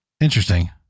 Interesting